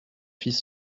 fils